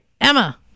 Emma